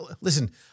listen